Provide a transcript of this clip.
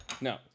no